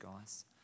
guys